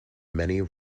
many